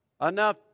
enough